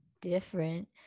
different